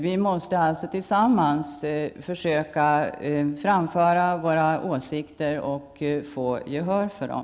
Vi måste tillsammans försöka framföra våra åsikter och vinna gehör för dem.